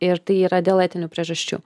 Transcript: ir tai yra dėl etinių priežasčių